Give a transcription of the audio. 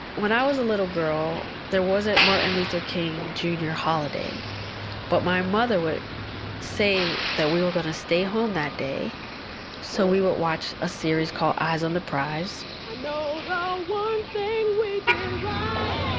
when i was a little girl, there wasn't martin luther king jr. holiday but my mother would say that we were going to stay home that day so we would watch a series called eyes on the prize i know the one thing we did right